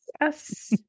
Yes